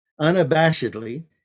unabashedly